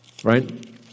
Right